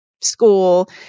school